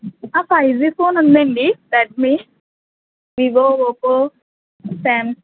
five G phone ఉందండి Redmi Vivo Oppo Samsung